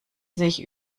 sich